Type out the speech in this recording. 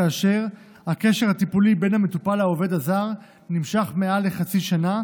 כאשר הקשר הטיפולי בין המטופל לעובד הזר נמשך מעל לחצי שנה,